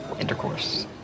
intercourse